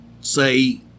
say